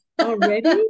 Already